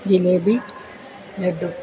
jalebi laddu